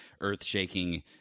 earth-shaking